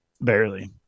barely